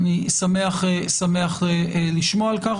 אני שמח לשמוע על כך,